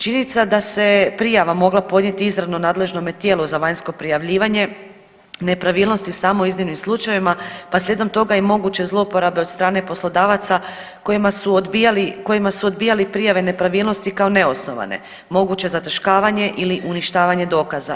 Činjenica da se prijava mogla podnijeti izravno nadležnome tijelu za vanjsko prijavljivanje nepravilnosti samo u iznimnim slučajevima, pa slijedom toga je i moguće zlouporabe od strane poslodavaca kojima su odbijali, kojima su odbijali prijave nepravilnosti kao neosnovane, moguće zataškavanje ili uništavanje dokaza.